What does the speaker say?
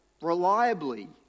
reliably